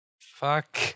Fuck